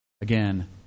again